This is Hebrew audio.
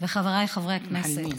וחבריי חברי הכנסת,